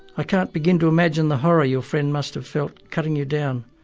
i can't begin to imagine the horror your friend must have felt cutting you down,